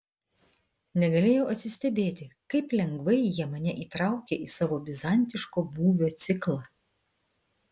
negalėjau atsistebėti kaip lengvai jie mane įtraukė į savo bizantiško būvio ciklą